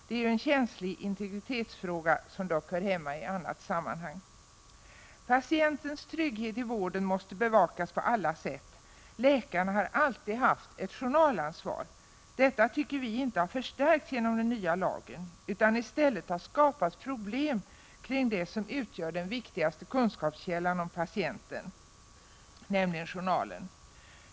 Detta är en känslig integritetsfråga, som dock hör hemma i annat sammanhang. Patientens trygghet i vården måste bevakas på alla sätt. Läkarna har alltid haft ett journalansvar. Detta tycker vi inte har förstärkts genom den nya lagen. I stället har det skapats problem kring det som utgör den viktigaste kunskapskällan om patienten, nämligen journalen.